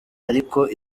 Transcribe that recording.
ariko